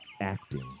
acting